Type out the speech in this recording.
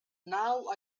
now